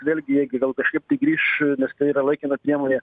vėlgi jie gi gal kažkaip tai grįš nes tai yra laikina priemonė